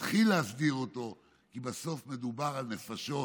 להתחיל להסדיר אותו, כי בסוף מדובר על נפשות